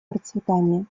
процветания